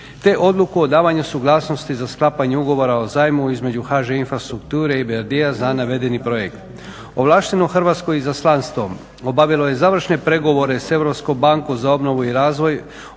te odluku o davanju suglasnosti za sklapanje Ugovora o zajmu između HŽ-Infrastrukture i EBRD-a za navedeni projekt. Ovlašteno hrvatsko izaslanstvo obavilo je završne pregovore s Europskom bankom za obnovu i razvoj